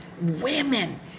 women